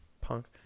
punk